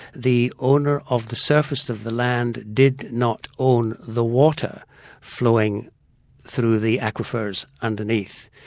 the owner of the surface of the land did not own the water flowing through the aquifers underneath,